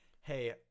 hey